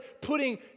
putting